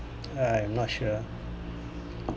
I'm not sure